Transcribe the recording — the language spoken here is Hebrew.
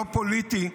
לא פוליטי,